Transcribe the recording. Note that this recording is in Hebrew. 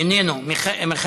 איננו,